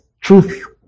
truth